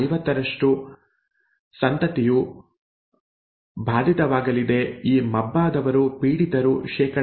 50ರಷ್ಟು ಸಂತತಿಯು ಬಾಧಿತವಾಗಲಿದೆ ಈ ಮಬ್ಬಾದವರು ಪೀಡಿತರು ಶೇ